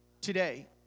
today